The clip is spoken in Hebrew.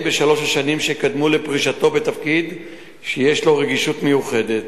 בשלוש השנים שקדמו לפרישתו בתפקיד שיש לו רגישות מיוחדת.